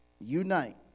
Unite